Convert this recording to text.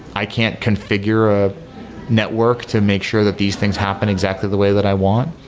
i can't configure a network to make sure that these things happen exactly the way that i want.